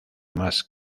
más